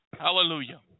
Hallelujah